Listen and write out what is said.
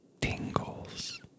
tingles